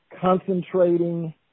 concentrating